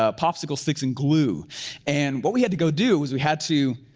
ah popsicle sticks and glue and what we had to go do, was we had to,